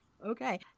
Okay